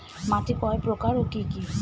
মাটি কয় প্রকার ও কি কি?